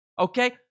Okay